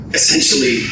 essentially